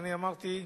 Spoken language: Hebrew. אני אמרתי,